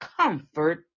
comfort